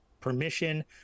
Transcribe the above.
permission